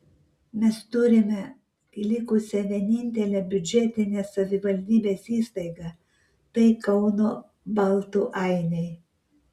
mes turime likusią vienintelę biudžetinę savivaldybės įstaigą tai kauno baltų ainiai